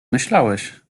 myślałeś